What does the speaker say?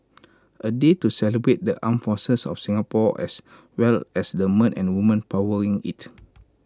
A day to celebrate the armed forces of Singapore as well as the men and women powering IT